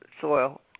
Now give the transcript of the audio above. soil